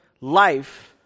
life